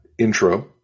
intro